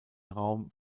raum